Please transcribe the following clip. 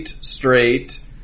straight